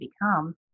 become